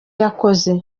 yakoze